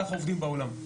כך עובדים באולם.